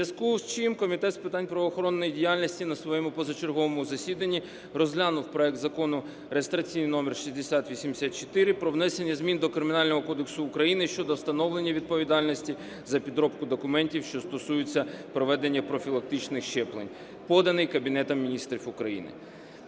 в зв'язку з чим Комітет з питань правоохоронної діяльності на своєму позачерговому засіданні розглянув проект Закону, реєстраційний номер 6084, про внесення змін до Кримінального кодексу України щодо встановлення відповідальності за підробку документів, що стосуються проведення профілактичних щеплень, поданий Кабінетом Міністрів України.